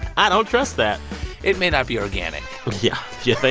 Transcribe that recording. i don't trust that it may not be organic yeah, you think?